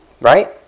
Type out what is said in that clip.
Right